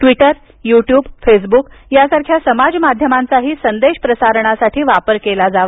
Twitter YouTube Facebook यासारख्या समाज माध्यमांचाही संदेश प्रसारणासाठी वापर केला जावा